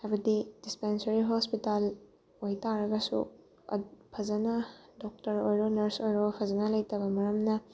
ꯍꯥꯏꯕꯗꯤ dispensary hospital ꯑꯣꯏ ꯇꯥꯔꯒꯁꯨ ꯐꯖꯅ ꯗꯣꯛꯇꯔ ꯑꯣꯏꯔꯣ ꯅꯔꯁ ꯑꯣꯏꯔꯣ ꯐꯖꯅ ꯂꯩꯇꯕ ꯃꯔꯝꯅ